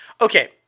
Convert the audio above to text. Okay